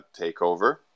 takeover